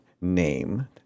name